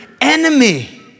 enemy